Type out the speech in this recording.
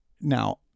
now